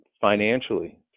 financially